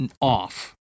off